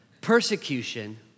persecution